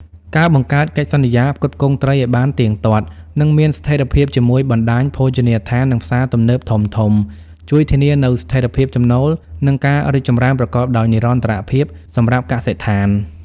ការបង្កើតកិច្ចសន្យាផ្គត់ផ្គង់ត្រីឱ្យបានទៀងទាត់ និងមានស្ថិរភាពជាមួយបណ្ដាញភោជនីយដ្ឋាន និងផ្សារទំនើបធំៗ ជួយធានានូវស្ថិរភាពចំណូល និងការរីកចម្រើនប្រកបដោយនិរន្តរភាពសម្រាប់កសិដ្ឋាន។